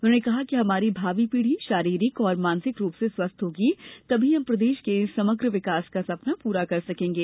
उन्होंने कहा कि हमारी भावी पीढी शारीरिक और मानसिक रूप से स्वस्थ्य होगी तभी हम प्रदेश के समग्र विकास का सपना पुरा कर सकेंगे